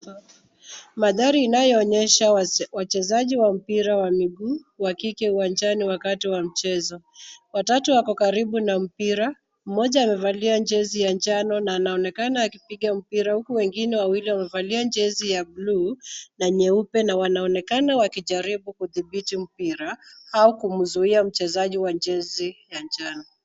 Mandhari inayoonyesha wachezaji wa mpira wa miguu wa kike uwanjani wakati wa mchezo. Watatu wako karibu na mpira, mmoja amevalia jezi ya njano na anaonekana akipiga mpira huku wengine wawili wamevalia jezi ya bluu na nyeupe na wanaonekana wanajaribu kudhibiti mpira au kumzuia mchezaji wa jezi ya njano.